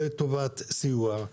לטובת סיוע.